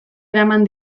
eraman